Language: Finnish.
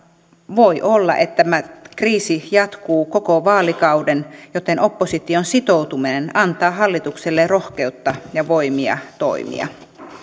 voi olla että tämä kriisi jatkuu koko vaalikauden joten opposition sitoutuminen antaa hallitukselle rohkeutta ja voimia toimia